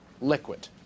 liquid